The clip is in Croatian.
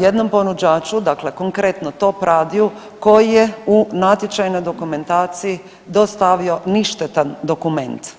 jednom ponuđaču, dakle konkretno, Top Radiju, koji je u natječajnoj dokumentaciji dostavio ništetan dokument.